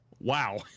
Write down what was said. Wow